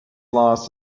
loss